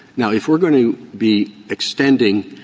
now if we're going to be extending